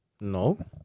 No